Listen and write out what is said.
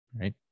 right